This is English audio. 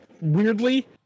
weirdly